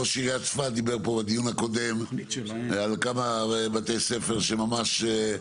ראש עיריית צפת דיבר פה בדיון הקודם על כמה בתי ספר שממש ---.